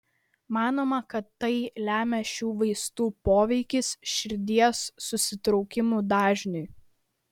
manoma kad tai lemia šių vaistų poveikis širdies susitraukimų dažniui